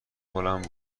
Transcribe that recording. بلند